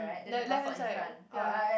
mm le~ left hand side ya